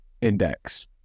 index